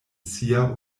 sia